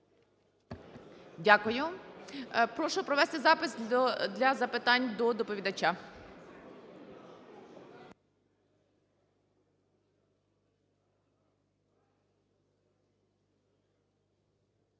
Дякую. Прошу провести запис для запитань до доповідача.